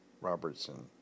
Robertson